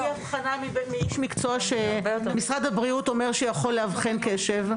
איש מקצוע שמשרד הבריאות אומר שיכול לאבחן קשב,